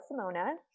Simona